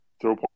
throw